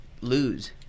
lose